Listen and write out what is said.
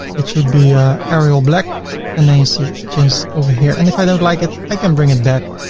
it should be a arial black and then you see changes over here. and if i don't like it, i can bring it back.